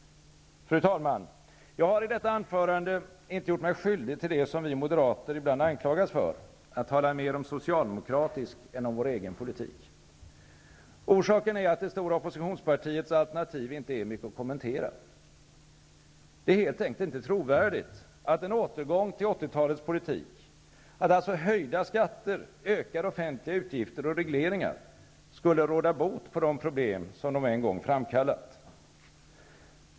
Fru talman! Jag har i detta anförande inte gjort mig skyldig till det som vi moderater ibland anklagas för, att tala mer om socialdemokratisk än om vår egen politik. Orsaken är att det stora opppositionspartiets alternativ inte är mycket att kommentera. Det är helt enkelt inte trovärdigt att en återgång till 80-talets politik -- att höjda skatter, ökade offentliga utgifter och regleringar -- skulle råda bot på de problem som de en gång framkallat.